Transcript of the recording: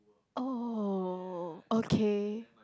oh okay